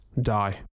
die